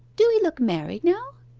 do he look married now?